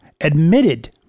admitted